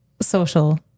social